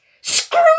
Screw